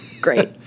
Great